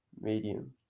Medium